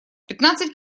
пятнадцать